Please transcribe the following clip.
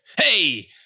Hey